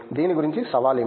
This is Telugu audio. దీని గురించి సవాలు ఏమిటి